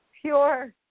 pure